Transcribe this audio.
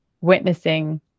witnessing